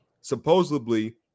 supposedly